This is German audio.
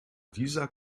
dieser